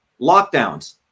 lockdowns